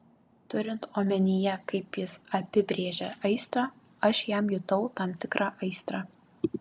turint omenyje kaip jis apibrėžia aistrą aš jam jutau tam tikrą aistrą